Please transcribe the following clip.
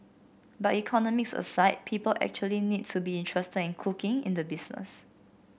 but economics aside people actually need to be interested in cooking in the business